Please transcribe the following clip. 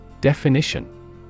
Definition